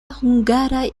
hungaraj